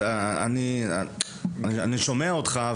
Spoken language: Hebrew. אני שומע אותך,